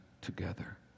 together